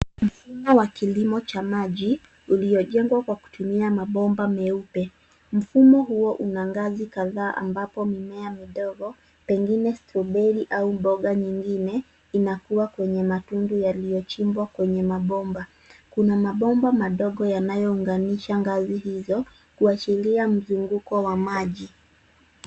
Mfumo wa kilimo cha maji uliojengwa kwa kutumia mabomba meupe. Mfumo huo una ngazi kadhaa ambapo mimea midogo pengine strawberry au mboga nyingine inakua kwenye matundu yaliyochimbwa kwenye mabomba. Kuna mabomba madogo yanayounganisha ngazi hizo kuashiria mzunguko wa maji.